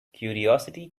curiosity